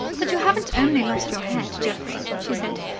but you haven't only lost your head, geoffrey, she said.